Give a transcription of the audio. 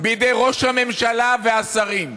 בידי ראש הממשלה והשרים.